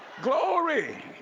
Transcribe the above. glory!